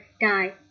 die